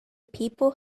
people